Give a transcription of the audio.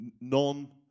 non